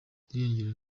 irengero